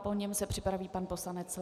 Po něm se připraví pan poslanec Lank.